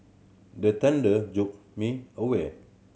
the thunder jolt me awake